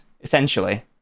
essentially